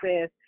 says